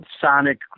sonic